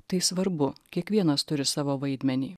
tai svarbu kiekvienas turi savo vaidmenį